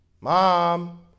Mom